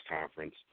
conference